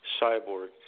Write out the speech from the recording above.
Cyborg